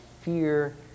fear